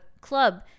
club